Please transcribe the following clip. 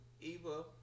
Eva